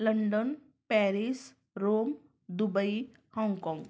London Paris Rome Dubai हाँगकाँग